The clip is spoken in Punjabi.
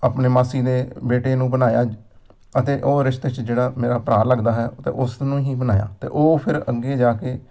ਆਪਣੇ ਮਾਸੀ ਦੇ ਬੇਟੇ ਨੂੰ ਬਣਾਇਆ ਅਤੇ ਉਹ ਰਿਸ਼ਤੇ 'ਚ ਜਿਹੜਾ ਮੇਰਾ ਭਰਾ ਲੱਗਦਾ ਹੈ ਅਤੇ ਉਸ ਨੂੰ ਹੀ ਬਣਾਇਆ ਅਤੇ ਉਹ ਫਿਰ ਅੱਗੇ ਜਾ ਕੇ